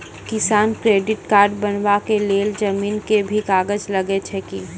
किसान credit card बनबा के लेल जमीन के भी कागज लागै छै कि?